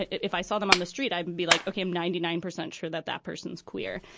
if i saw them on the street, i'd be like, okay, i'm ninety nine percent sure that that person is queer.